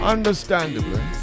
Understandably